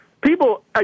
people